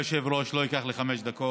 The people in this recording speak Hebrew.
אדוני היושב-ראש, זה לא ייקח לי חמש דקות.